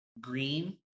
green